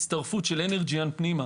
הצטרפות של אנרג'יאן פנימה